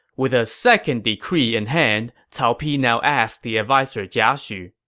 with a second decree in hand, cao pi now asked the adviser jia xu,